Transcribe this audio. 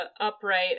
upright